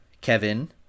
kevin